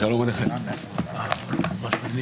הישיבה ננעלה בשעה 14:05.